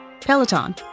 Peloton